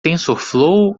tensorflow